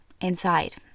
inside